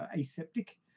aseptic